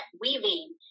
weaving